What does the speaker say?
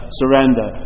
surrender